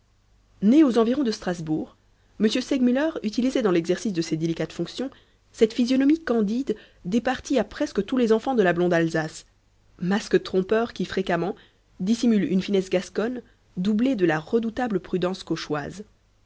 né aux environs de strasbourg m segmuller utilisait dans l'exercice de ses délicates fonctions cette physionomie candide départie à presque tous les enfants de la blonde alsace masque trompeur qui fréquemment dissimule une finesse gasconne doublée de la redoutable prudence